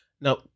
Now